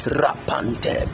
rapante